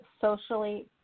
socially